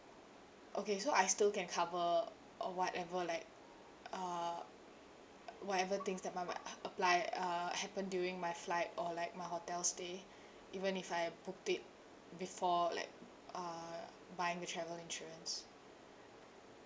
okay so I still can cover or whatever like uh whatever things that I might apply uh happen during my flight or like my hotel stay even if I booked it before like uh buying the travel insurance